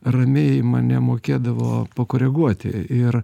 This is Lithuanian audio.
ramiai mane mokėdavo pakoreguoti ir